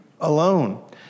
alone